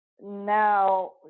now